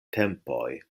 tempoj